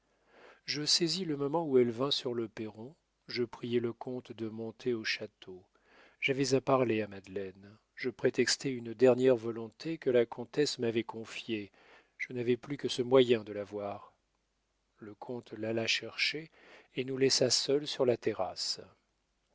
je saisis le moment où elle vint sur le perron je priai le comte de monter au château j'avais à parler à madeleine je prétextai une dernière volonté que la comtesse m'avait confiée je n'avais plus que ce moyen de la voir le comte l'alla chercher et nous laissa seuls sur la terrasse